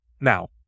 Now